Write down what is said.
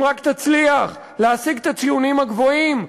אם רק תצליח להשיג את הציונים הגבוהים,